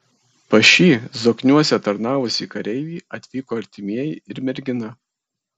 pas šį zokniuose tarnavusį kareivį atvyko artimieji ir mergina